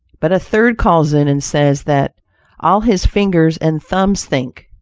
but a third calls in and says that all his fingers and thumbs think.